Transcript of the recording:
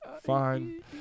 fine